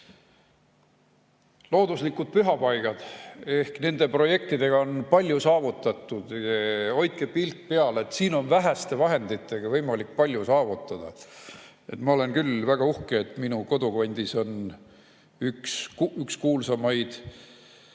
Looduslikud pühapaigad. Nende projektidega on palju saavutatud. Hoidke pilk peal, siin on väheste vahenditega võimalik palju saavutada. Ma olen küll väga uhke, et minu kodukandis on üks kuulsamaid